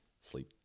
Sleep